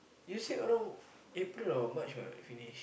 you said around April or March what finish